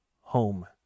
home